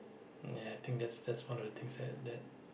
mm ya I think that's that's one of the things that that